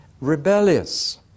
rebellious